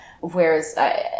whereas